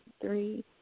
three